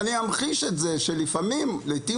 אני אמחיש את זה בכך שלפעמים קרובות,